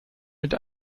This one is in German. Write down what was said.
mit